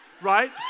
right